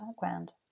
background